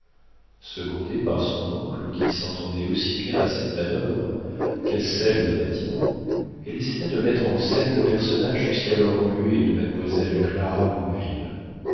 secondée par son oncle qui s'entendait aussi bien à cette manoeuvre qu'à celle d'un bâtiment elle essaya de mettre en scène le personnage jusqu'alors muet de mademoiselle clara